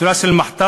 צורה של מחטף,